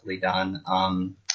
done